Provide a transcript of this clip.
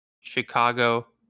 Chicago